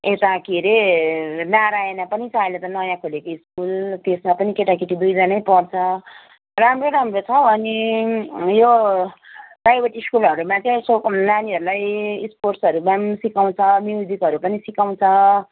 यता के अरे नारायणा पनि छ अहिले त नयाँ खोलेको स्कुल त्यसमा पनि केटाकेटी दुईजना पढ्छ राम्रै राम्रो छ अनि यो प्राइभेट स्कूलहरूमा चाहिँ यसो नानीहरूलाई स्पोर्ट्सहरूमा पनि सिकाउँछ म्युजिकहरू पनि सिकाउँछ